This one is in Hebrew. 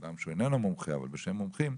אדם שאיננו מומחה אבל בשם מומחים,